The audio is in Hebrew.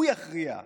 הוא יכריע.